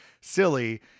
silly